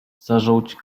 zażółć